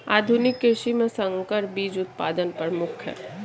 आधुनिक कृषि में संकर बीज उत्पादन प्रमुख है